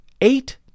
eight